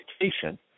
education